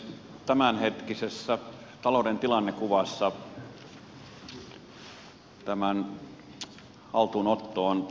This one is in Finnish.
tämänhetkisessä talouden tilannekuvassa tämän haltuunotto on erittäin vaikeaa